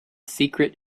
secret